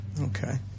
Okay